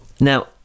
now